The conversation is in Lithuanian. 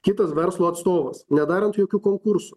kitas verslo atstovas nedarant jokių konkursų